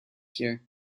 here